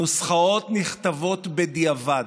הנוסחאות נכתבות בדיעבד,